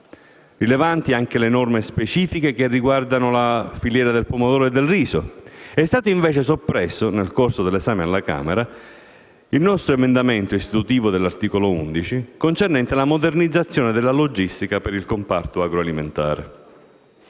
Rilevanti sono anche le norme specifiche che riguardano la filiera del pomodoro e del riso. È stato invece soppresso, nel corso dell'esame alla Camera dei deputati, il nostro emendamento istitutivo dell'articolo 11, concernente la modernizzazione della logistica per il comparto agroalimentare.